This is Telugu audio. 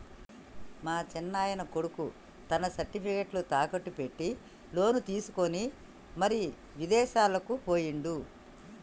మా సిన్నాయన కొడుకు తన సర్టిఫికేట్లు తాకట్టు పెట్టి లోను తీసుకొని మరి ఇదేశాలకు పోయిండు